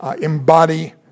embody